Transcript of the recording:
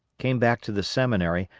came back to the seminary,